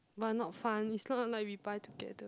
but not fun it's not like we buy together